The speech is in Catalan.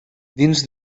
dins